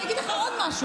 אני אגיד לך עוד משהו,